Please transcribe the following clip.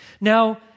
Now